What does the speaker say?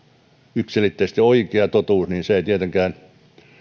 yksiselitteisesti oikea totuus ei tietenkään